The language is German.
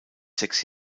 sechs